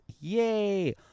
yay